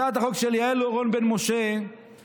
הצעת החוק של יעל ירון בן משה עברה